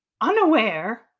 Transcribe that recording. unaware